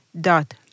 dot